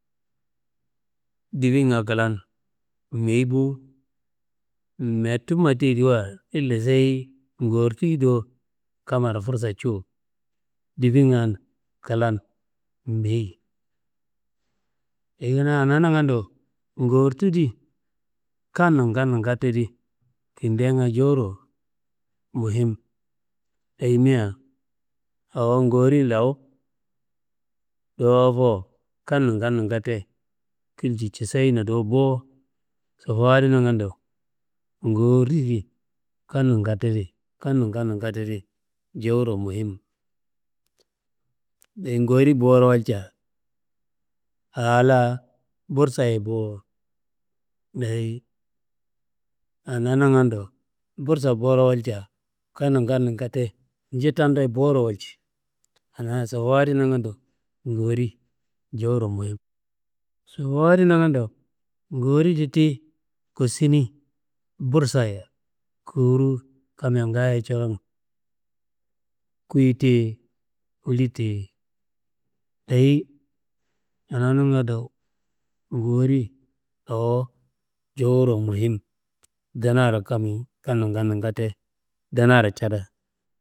Difinga klan meyi bo, mettu mattiyediwa ille seyi gortuyi do kammaro fursa co difingan klan meyi. Ayi kanaa anaa nangando, gortudi kan- nun kan- nun catte di kindenga jewuro muhim, ayimia awo ngorin lawu dowofo kan- nun kan- nun katte kilci ciseina do bo. Sofowo adi nangando ngori di kanun katte di, kan- nun kan- nun katte di, jewuro muhim. Dayi ngori bo walca aa la bursaye bo, dayi anaa nangando bursa boro walca, kan- nun kan- nun katte njitando boro walci. Anaa sobowo adi nangando, ngori jewuro muhim, sobowo adi nangando ngori di ti kusini bursaye kowuru kammaye ngaayo coron kuyiti ye litti ye. Dayi anaa nangando, ngori awo jewuro muhim ndanaro kan- nun kan- nun katte ndanaro cada